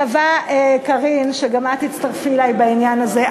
אני מקווה, קארין, שגם את תצטרפי אלי בעניין הזה.